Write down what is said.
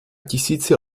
tisíci